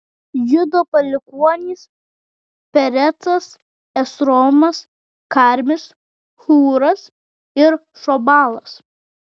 judo palikuonys perecas esromas karmis hūras ir šobalas